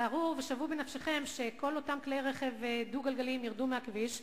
תארו ושוו בנפשכם שכל אותם כלי רכב דו-גלגליים ירדו מהכביש,